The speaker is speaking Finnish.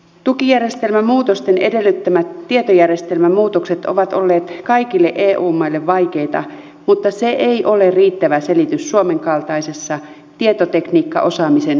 tukijärjestelmämuutosten edellyttämät tietojärjestelmämuutokset ovat olleet kaikille eu maille vaikeita mutta se ei ole riittävä selitys suomen kaltaisessa tietotekniikkaosaamisen huippumaassa